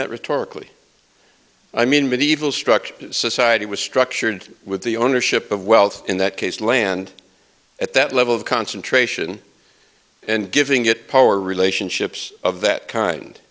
that rhetorically i mean medieval structure society was structured with the ownership of wealth in that case land at that level of concentration and giving it power relationships of that kind